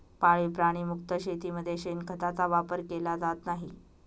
पाळीव प्राणी मुक्त शेतीमध्ये शेणखताचा वापर केला जात नाही